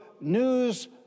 news